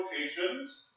locations